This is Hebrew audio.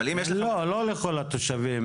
לא, לא לכל התושבים.